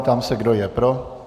Ptám se, kdo je pro.